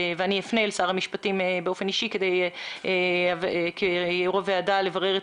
כיושבת ראש אפנה אל שר המשפטים באופן אישי כדי לברר את